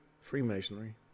Freemasonry